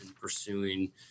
pursuing